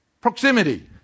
Proximity